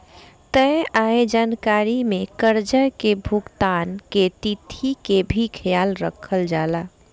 तय आय जानकारी में कर्जा के भुगतान के तिथि के भी ख्याल रखल जाला